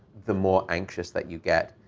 the more anxious that you get.